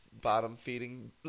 bottom-feeding